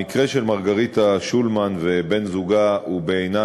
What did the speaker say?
המקרה של מרגריטה שולמן ובן-זוגה הוא בעיני